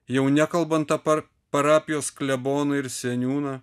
jau nekalbant apart parapijos kleboną ir seniūną